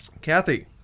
Kathy